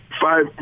five